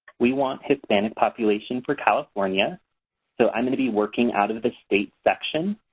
we want hispanic population for california so i'm going to be working out of the state section.